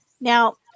Now